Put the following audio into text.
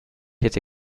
hätte